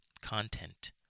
content